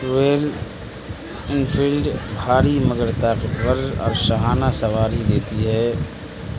royal Enfield بھاری مگر طاقتور اور شاہانہ سواری دیتی ہے